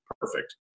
perfect